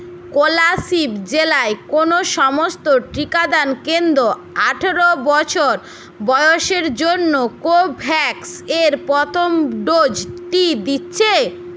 কোলাসিব জেলায় কোনো সমস্ত টিকাদান কেন্দ্র আঠেরো বয়সের জন্য কোভ্যাক্স এর প্রথম ডোজটি দিচ্ছে